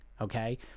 okay